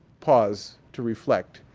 pause to reflect.